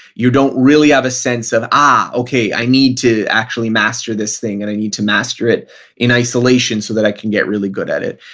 you don't really have a sense of, ah, okay i need to actually master this thing, and i need to master it in isolation so that i can get really good at it.